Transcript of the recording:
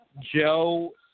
Joe